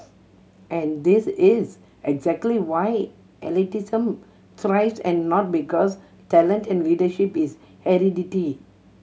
and this is exactly why elitism thrives and not because talent and leadership is hereditary